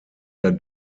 der